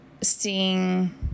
seeing